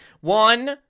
one